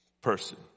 person